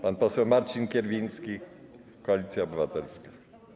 Pan poseł Marcin Kierwiński, Koalicja Obywatelska.